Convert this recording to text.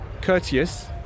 courteous